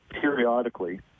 periodically